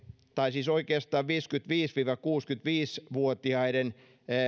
tai siis oikeastaan viisikymmentäviisi viiva kuusikymmentäviisi vuotiaiden